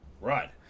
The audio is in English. Right